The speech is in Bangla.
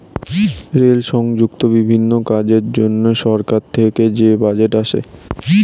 রেল সংযুক্ত বিভিন্ন কাজের জন্য সরকার থেকে যে বাজেট আসে